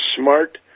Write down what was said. Smart